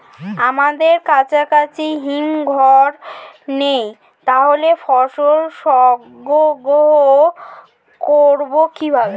আমাদের কাছাকাছি হিমঘর নেই তাহলে ফসল সংগ্রহ করবো কিভাবে?